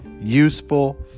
useful